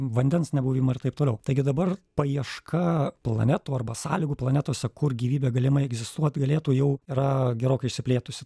vandens nebuvimą ir taip toliau taigi dabar paieška planetų arba sąlygų planetose kur gyvybė galimai egzistuot galėtų jau yra gerokai išsiplėtusi